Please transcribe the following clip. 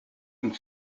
and